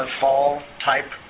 fall-type